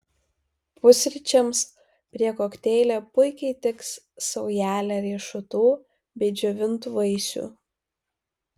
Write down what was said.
pusryčiams prie kokteilio puikiai tiks saujelė riešutų bei džiovintų vaisių